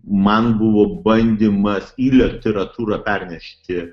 man buvo bandymas į literatūrą pernešti